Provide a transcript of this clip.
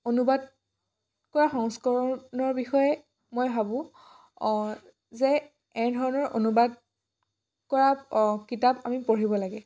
অনুবাদ কৰা সংস্কৰণৰ বিষয়ে মই ভাবোঁ যে এনে ধৰণত অনুবাদ কৰা কিতাপ আমি পঢ়িব লাগে